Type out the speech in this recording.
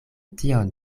tion